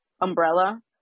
umbrella